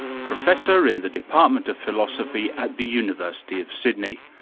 professor in the department of philosophy at the university of sydney.